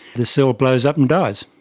the cell blows up and dies.